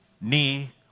knee